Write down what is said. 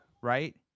Right